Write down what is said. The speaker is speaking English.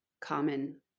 common